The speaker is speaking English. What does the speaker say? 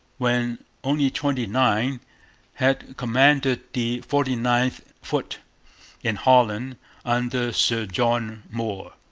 when only twenty-nine, had commanded the forty ninth foot in holland under sir john moore,